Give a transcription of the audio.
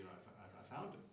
i found him.